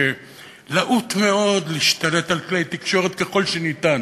שלהוט מאוד להשתלט על כלי תקשורת ככל שניתן.